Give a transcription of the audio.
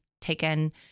taken